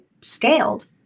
scaled